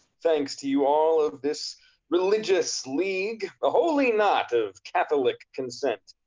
thanks to you all of this religious league, a holy knot of catholic consent.